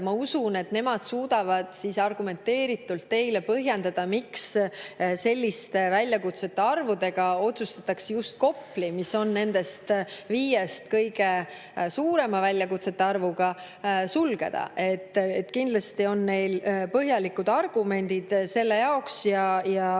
Ma usun, et nemad suudavad argumenteeritult teile põhjendada, miks sellise väljakutsete arvu puhul otsustatakse just Kopli [komando], mis on nendest viiest kõige suurema väljakutsete arvuga, sulgeda. Kindlasti on neil põhjalikud argumendid selle jaoks ja